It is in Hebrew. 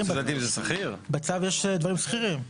בצו יש דברים שכירים.